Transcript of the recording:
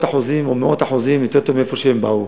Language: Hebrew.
עשרות אחוזים או מאות אחוזים יותר טוב מהמקום שהם באו,